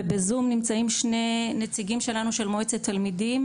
וב-zoom נמצאים שני נציגים שלנו של מועצת תלמידים,